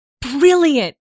Brilliant